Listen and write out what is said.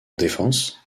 défense